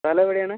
സ്ഥലമെവിടെയാണ്